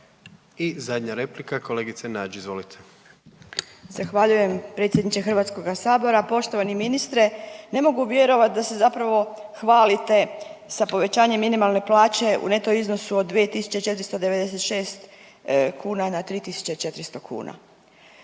I zadnja replika, kolegice Nađ izvolite. **Nađ, Vesna (SDP)** Zahvaljujem predsjedniče HS. Poštovani ministre, ne mogu vjerovat da se zapravo hvalite sa povećanjem minimalne plaće u neto iznosu od 2.496 kuna na 3.400 kuna.